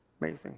Amazing